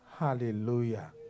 Hallelujah